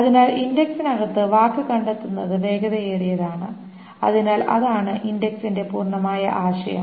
അതിനാൽ ഇന്ഡക്സിനകത്തു വാക്ക് കണ്ടെത്തുന്നത് വേഗതയേറിയതാണ് അതിനാൽ അതാണ് ഇൻഡെക്സിംഗിന്റെ പൂർണമായ ആശയം